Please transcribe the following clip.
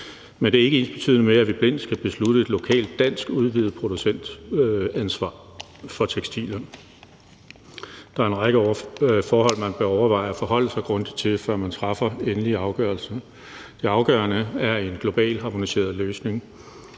Men det er ikke ensbetydende med, at vi blindt skal beslutte at indføre et lokalt dansk udvidet producentansvar for tekstilproducenter. Der er en række forhold, man bør overveje og forholde sig grundigt til, før man træffer den endelige afgørelse. Det afgørende er, at det bliver en globalt harmoniseret løsning,